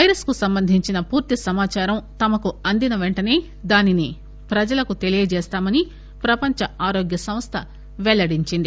వైరస్కు సంబంధించిన పూర్తి సమాచారం తమకు అందిన పెంటసే దాన్ని ప్రజలకు తెలియచేస్తామని ప్రపంచ ఆరోగ్య సంస్ద వెల్లడించింది